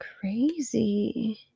crazy